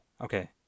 Okay